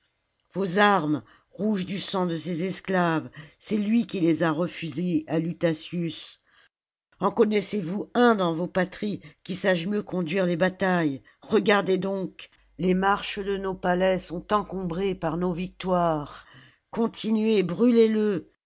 vos armes rouges du sang de ses esclaves c'est lui qui les a refusées à lutatius en connaissez-vous un dans vos patries qui sache mieux conduire les batailles regardez donc les marches de notre palais sont encombrées par nos victoires continuez brûlez